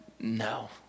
no